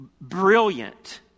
brilliant